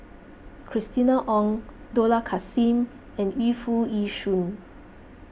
Christina Ong Dollah Kassim and Yu Foo Yee Shoon